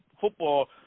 football